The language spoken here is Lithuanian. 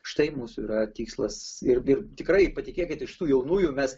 štai mūsų yra tikslas ir ir tikrai patikėkit iš tų jaunųjų mes